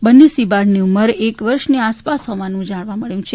બંને સિંહબાળની ઉંમર એક વર્ષની આસપાસ હોવાનું જાણવા મળ્યું છે